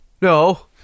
no